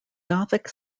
gothic